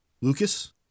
Lucas